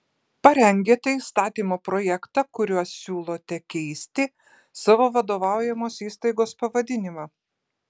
parengėte įstatymo projektą kuriuo siūlote keisti savo vadovaujamos įstaigos pavadinimą